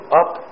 up